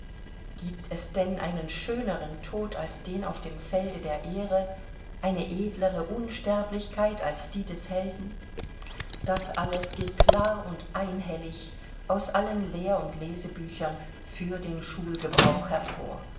gibt es denn einen schöneren tod als den auf dem feld der ehre eine edlere unsterblichkeit als die des helden das alles geht klar und einhellig aus allen lehr und lesebüchern für den schulgebrauch hervor